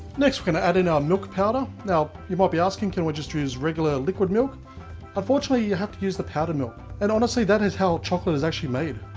next we are going to add in our milk powder. now you might be asking can we just use regular liquid milk unfortunately you have to use the powdered milk and honestly that is how chocolate is actually made